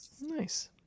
Nice